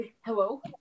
Hello